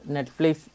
Netflix